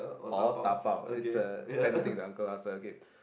or dabao it's a standard thing the uncle ask lah okay